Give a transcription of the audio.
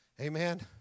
Amen